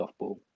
softball